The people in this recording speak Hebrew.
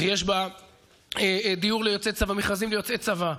יש בה מכרזים ליוצאי צבא,